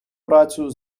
працю